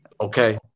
Okay